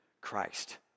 Christ